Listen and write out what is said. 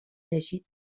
llegit